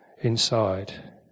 inside